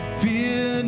fear